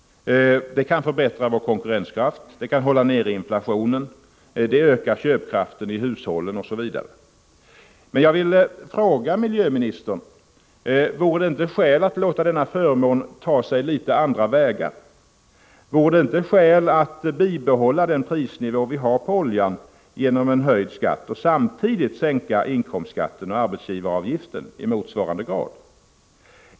Det kan förbättra vår konkurrenskraft, det kan hålla nere inflationen, det ökar köpkraften i hushållen, osv. Men jag vill fråga miljöministern: Vore det inte skäl att låta denna förmån ta sig något andra vägar? Vore det inte skäl att genom höjd skatt på oljan bibehålla prisnivån på den och samtidigt sänka inkomstskatten och arbetsgivaravgiften i motsvarande grad?